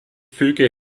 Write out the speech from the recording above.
füge